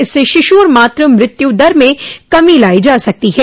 इससे शिशु और मातृ मृत्यु दर में कमी लाई जा सकती है